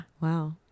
Wow